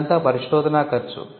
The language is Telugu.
ఇదంతా పరిశోధన ఖర్చు